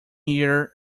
year